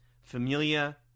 Familia